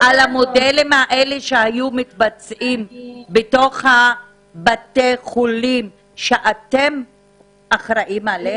על המודלים הללו שקיימים בבתי חולים שאתם אחראים עליהם?